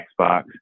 xbox